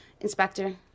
Inspector